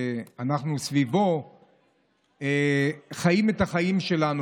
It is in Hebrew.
שאנחנו חיים סביבו את החיים שלנו.